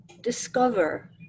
discover